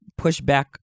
pushback